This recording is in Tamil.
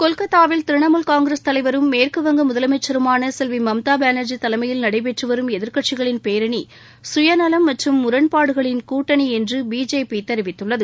கொல்கத்தாவில் திரிணாமூல் காங்கிரஸ் தலைவரும் மேற்க வங்க மாநில முதலமைச்சருமான செல்வி மம்தா பானர்ஜி தலைமையில் நடைபெற்று வரும் எதிர்கட்சிகளின் பேரணி சுயநவம் மற்றும் முரண்பாடுகளின் கூட்டணி என்று பிஜேபி தெரிவித்துள்ளது